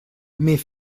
mais